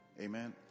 Amen